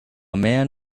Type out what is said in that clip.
man